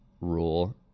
rule